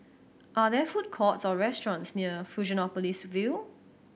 are there food courts or restaurants near Fusionopolis View